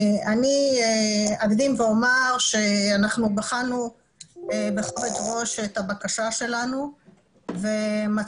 אני אקדים ואומר שאנחנו בחנו בכובד ראש את הבקשה שלנו ומצאנו